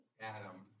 Adam